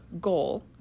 goal